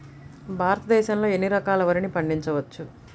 భారతదేశంలో ఎన్ని రకాల వరిని పండించవచ్చు